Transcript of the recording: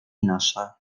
nasze